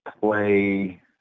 play